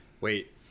Wait